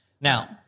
Now